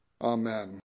Amen